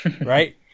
right